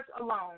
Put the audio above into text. alone